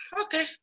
okay